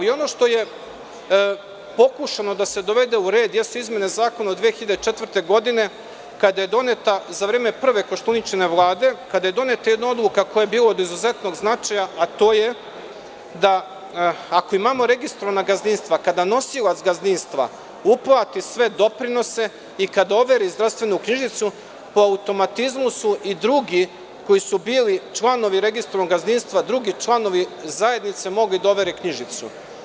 Ono što je pokušano da se dovede u red jeste izmena zakona od 2004. godine kada je doneta za vreme prve Koštuničine Vlade, kada je doneta jedna odluka koja je bila od izuzetnog značaja, a to je da ako imamo registrovana gazdinstva, kada nosilac gazdinstva uplati sve doprinose i kada overi zdravstvenu knjižicu, po automatizmu su i drugi koji su bili članovi registrovanog gazdinstva, drugi članovi zajednice mogli da overe knjižicu.